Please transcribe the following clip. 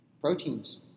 Proteins